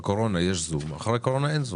בקורונה יש זום ואחרי הקורונה אין זום.